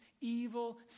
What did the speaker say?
evil